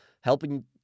helping